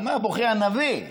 על מה בוכה הנביא?